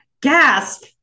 Gasp